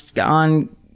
on